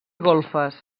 golfes